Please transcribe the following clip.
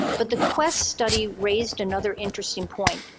but the quest study raised another interesting point.